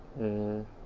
mm